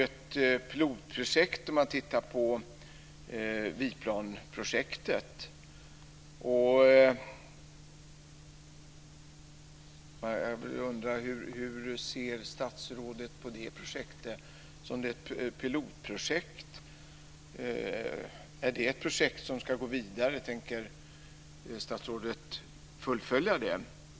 Viplanprojektet var ett pilotprojekt, och jag undrar hur statsrådet ser på det. Är det ett projekt som ska gå vidare? Tänker statsrådet fullfölja det?